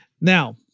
Now